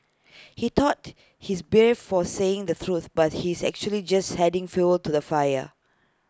he thought he's brave for saying the truth but he's actually just adding fuel to the fire